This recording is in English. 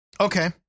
Okay